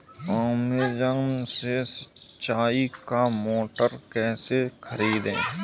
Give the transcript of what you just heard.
Amazon से सिंचाई का मोटर कैसे खरीदें?